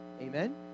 Amen